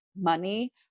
money